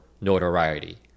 notoriety